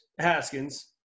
Haskins